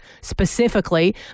Specifically